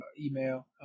email